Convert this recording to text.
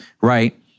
right